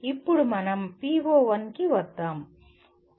ఇప్పుడు మనం PO1 కి వద్దాం